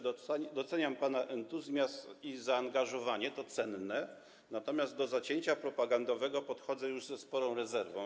Doceniam pana entuzjazm i zaangażowanie, to cenne, natomiast do zacięcia propagandowego podchodzę już ze sporo rezerwą.